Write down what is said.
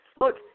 Look